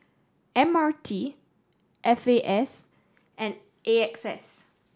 M R T F A S and A X S